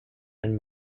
and